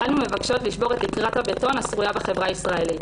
אנו מבקשות לשבור את תקרת הבטון השרויה בחברה הישראלית.